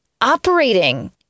operating